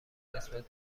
نسبت